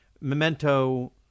Memento